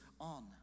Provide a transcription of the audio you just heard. on